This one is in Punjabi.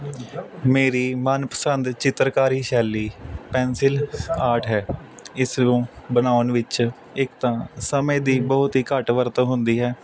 ਮੇਰੀ ਮਨ ਪਸੰਦ ਚਿੱਤਰਕਾਰੀ ਸ਼ੈਲੀ ਪੈਂਸਿਲ ਆਰਟ ਹੈ ਇਸ ਨੂੰ ਬਣਾਉਣ ਵਿੱਚ ਇੱਕ ਤਾਂ ਸਮੇਂ ਦੀ ਬਹੁਤ ਹੀ ਘੱਟ ਵਰਤੋਂ ਹੁੰਦੀ ਹੈ